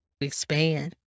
expand